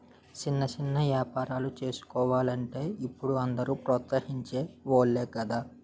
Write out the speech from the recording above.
సిన్న సిన్న ఏపారాలు సేసుకోలంటే ఇప్పుడు అందరూ ప్రోత్సహించె వోలే గదా